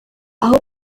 aho